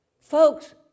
Folks